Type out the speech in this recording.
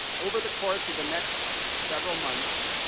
over the course of the next several months,